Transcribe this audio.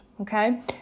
okay